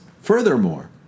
furthermore